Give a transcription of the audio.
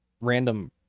random